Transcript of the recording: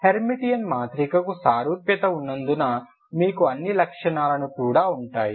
Hermitian మాత్రికకు సారూప్యత ఉన్నందున మీకు అన్ని లక్షణాలన్నీ కూడా ఉంటాయి